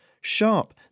Sharp